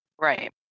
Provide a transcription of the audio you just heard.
Right